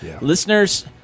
listeners